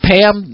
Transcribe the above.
Pam